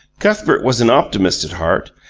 cuthbert was an optimist at heart,